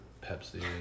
Pepsi